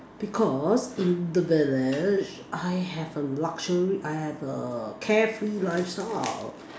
because in the village I have a luxury I have a care free lifestyle